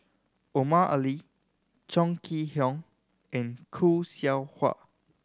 Omar Ali Chong Kee Hiong and Khoo Seow Hwa